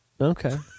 Okay